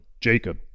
Jacob